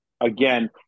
Again